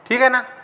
ठीक आहे ना